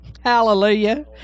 hallelujah